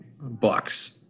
Bucks